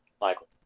michael